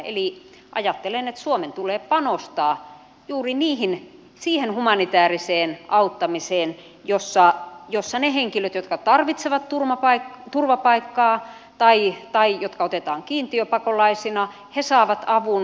eli ajattelen että suomen tulee panostaa juuri siihen humanitääriseen auttamiseen jossa ne henkilöt jotka tarvitsevat turvapaikkaa tai jotka otetaan kiintiöpakolaisina saavat avun